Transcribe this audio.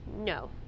No